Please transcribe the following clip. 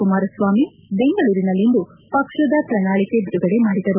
ಕುಮಾರಸ್ವಾಮಿ ಬೆಂಗಳೂರಿನಲ್ಲಿ ಇಂದು ಪಕ್ಷದ ಪ್ರಣಾಳಿಕೆ ಬಿಡುಗಡೆ ಮಾಡಿದರು